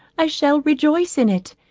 i shall rejoice in it,